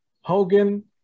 Hogan